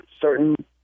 certain